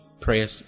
prayers